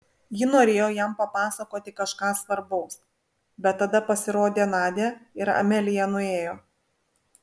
ji norėjo jam papasakoti kažką svarbaus bet tada pasirodė nadia ir amelija nuėjo